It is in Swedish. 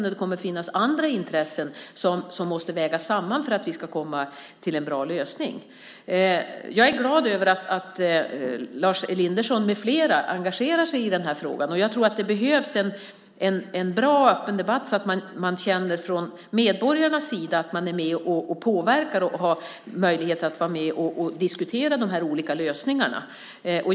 Det kommer också att finnas andra intressen som måste vägas samman för att vi ska komma till en bra lösning. Jag är glad över att Lars Elinderson med flera engagerar sig i den här frågan, och jag tror att det behövs en bra och öppen debatt så att man känner från medborgarnas sida att man är med och påverkar och har möjlighet att vara med och diskutera de olika lösningarna.